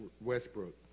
Westbrook